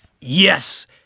yes